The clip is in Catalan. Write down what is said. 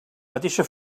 mateixa